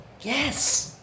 Yes